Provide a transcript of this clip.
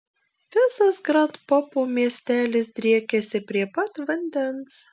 visas grand popo miestelis driekiasi prie pat vandens